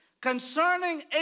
concerning